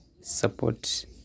support